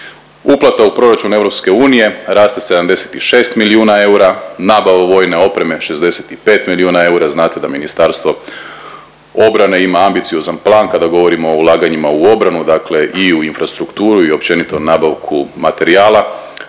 Uplata u proračun EU raste 76 milijuna eura, nabava vojne opreme 65 milijuna eura, znate da Ministarstvo obrane ima ambiciozan plan kada govorimo o ulaganjima u obranu, dakle i u infrastrukturu i općenito nabavku materijala,